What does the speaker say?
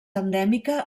endèmica